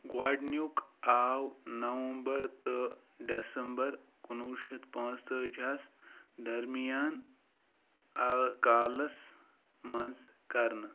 گۄڈنیُک آو نَومبر تہٕ ڈٮ۪سمبر کُنوُہ شَتھ پانٛژھ تٲجِہَس درمِیان قالَس منٛز کَرنہٕ